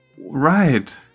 right